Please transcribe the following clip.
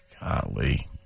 Golly